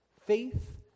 faith